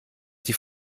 die